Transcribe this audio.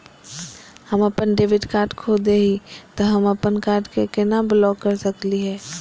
हम अपन debit card खो दे ही, त हम अप्पन कार्ड के केना ब्लॉक कर सकली हे?